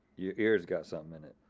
your ear's got something in it.